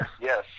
yes